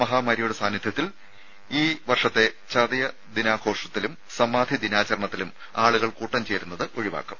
മഹാമാരിയുടെ സാഹചര്യത്തിൽ ഇൌ വർഷത്തെ ചതയ ദിനാഘോഷത്തിലും സമാധി ദിനാചരണത്തിലും ആളുകൾ കൂട്ടം ചേരുന്നത് ഒഴിവാക്കും